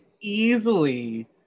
easily